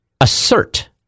assert